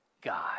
God